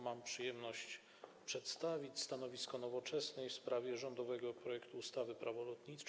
Mam przyjemność przedstawić stanowisko Nowoczesnej w sprawie rządowego projektu ustawy o zmianie